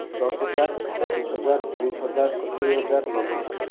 ଦଶ ହଜାର ପଚିଶ ହଜାର ତିରିଶ ହଜାର ସତୁୁରୀ ହଜାର ନବେ ହଜାର